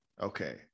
okay